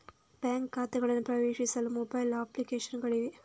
bank ಖಾತೆಗಳನ್ನು ಪ್ರವೇಶಿಸಲು mobile application ಗಳಿವೆ